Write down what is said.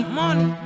money